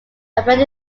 apparent